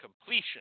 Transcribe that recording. completion